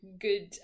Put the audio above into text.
good